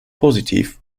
positiv